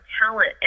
talent